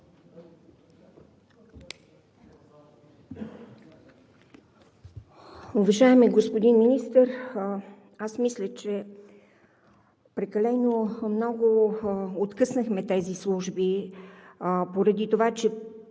Уважаеми господин Министър, мисля, че прекалено много откъснахме тези служби, поради това че